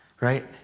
right